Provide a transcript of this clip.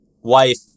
wife